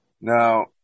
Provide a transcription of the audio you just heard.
Now